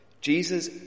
Jesus